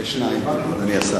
אדוני השר,